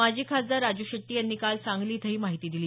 माजी खासदार राजू शेट्टी यांनी काल सांगली इथं ही माहिती दिली